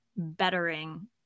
bettering